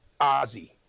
Ozzy